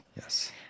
Yes